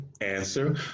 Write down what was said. answer